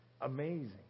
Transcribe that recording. Amazing